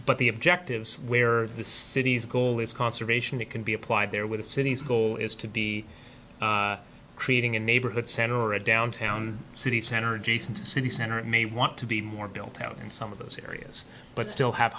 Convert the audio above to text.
but the objectives where the city's goal is conservation that can be applied there with cities goal is to be creating a neighborhood center a downtown city center city center may want to be more built out in some of those areas but still have